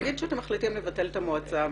נגיד שאתם מחליטים לבטל את המועצה מסיבותיכם,